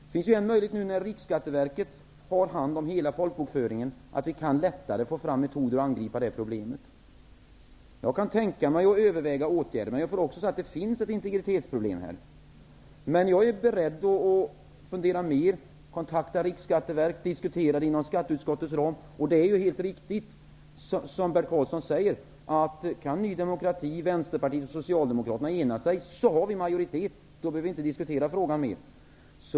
Det finns nu, när Riksskatteverket har hand om hela folkbokföringen, en möjlighet för att vi lättare skall få fram metoder för att angripa detta problem. Jag kan tänka mig att överväga åtgärder. Men jag måste också säga att det finns ett integritetsproblem i detta sammanhang. Men jag är beredd att fundera mer över detta, kontakta Riksskatteverket och diskutera det inom skatteutskottets ram. Det är ju helt riktigt, som Bert Karlsson säger, att om Ny demokrati, Vänsterpartiet och Socialdemokraterna kan ena sig, har vi majoritet. Då behöver vi inte diskutera frågan mer.